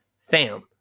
fam